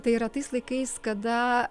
tai yra tais laikais kada